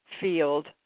field